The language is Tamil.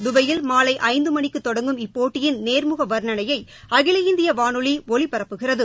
துபாயில் மாலை ஐந்து மணிக்கு தொடங்கும் இப்போட்டியின் நேர்முக வர்ணனையை அகில இந்திய வனொலி ஒலிபரப்புகிறது